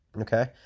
Okay